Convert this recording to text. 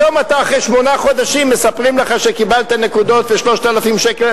היום אחרי שמונה חודשים מספרים לך שקיבלת נקודות ו-3,000 שקל,